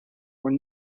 were